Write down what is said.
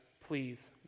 please